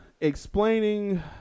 explaining